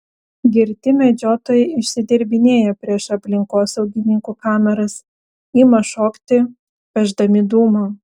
girti medžiotojai išsidirbinėja prieš aplinkosaugininkų kameras ima šokti pešdami dūmą